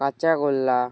কাঁচাগোল্লা